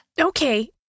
Okay